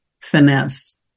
finesse